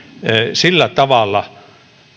sillä tavalla